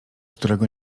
którego